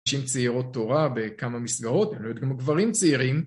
נשים צעירות תורה בכמה מסגרות, ולהיות כמו גברים צעירים.